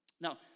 Now